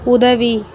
உதவி